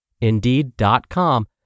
Indeed.com